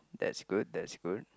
that's good that's good